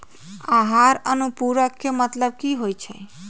आहार अनुपूरक के मतलब की होइ छई?